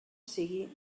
sigui